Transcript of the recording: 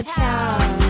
town